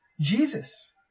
Jesus